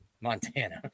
Montana